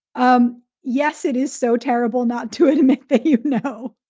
um yes, it is so terrible not to admit that, you know,